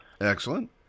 Excellent